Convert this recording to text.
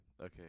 Okay